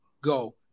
go